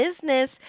business